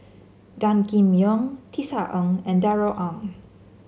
Gan Kim Yong Tisa Ng and Darrell Ang